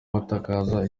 batakaza